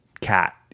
cat